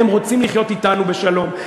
הם רוצים לחיות אתנו בשלום.